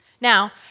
Now